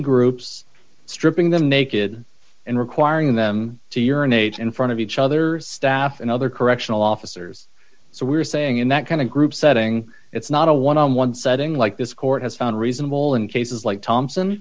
groups stripping them naked and requiring them to urinate in front of each other staff and other correctional officers so we're saying in that kind of group setting it's not a one on one setting like this court has found reasonable in cases like thompson